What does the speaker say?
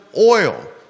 oil